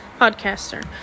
podcaster